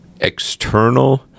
external